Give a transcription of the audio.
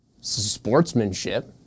Sportsmanship